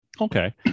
Okay